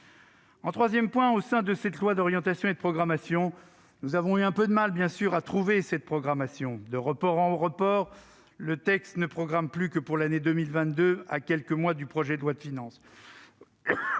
Troisièmement, au sein de cette loi dite « d'orientation et de programmation », nous avons eu un peu de mal à trouver cette programmation. De report en report, le texte ne programme plus que pour l'année 2022, à quelques mois du projet de loi de finances.